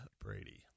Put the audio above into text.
Brady